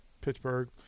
Pittsburgh